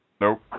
Nope